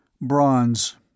Bronze